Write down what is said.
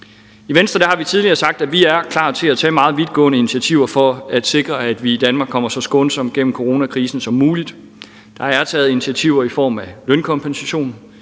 I Venstre har vi tidligere sagt, at vi er klar til at tage meget vidtgående initiativer for at sikre, at vi i Danmark kommer så skånsomt gennem coronakrisen som muligt. Der er taget initiativer i form af lønkompensation.